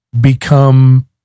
become